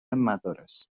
مدارس